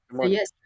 yes